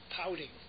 pouting